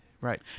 Right